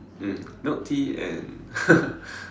um milk tea and